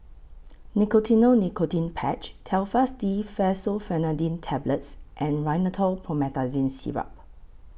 Nicotinell Nicotine Patch Telfast D Fexofenadine Tablets and Rhinathiol Promethazine Syrup